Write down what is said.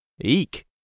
Eek